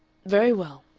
very well,